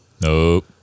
Nope